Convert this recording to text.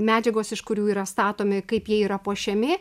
medžiagos iš kurių yra statomi kaip jie yra puošiami